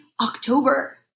October